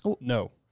No